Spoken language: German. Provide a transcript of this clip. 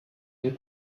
dem